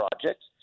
projects